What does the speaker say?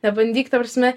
nebandyk ta prasme